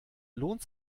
lohnt